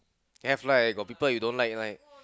have right got people you don't like right